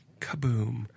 Kaboom